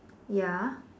ya